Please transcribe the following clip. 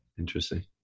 Interesting